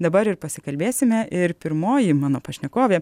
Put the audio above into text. dabar ir pasikalbėsime ir pirmoji mano pašnekovė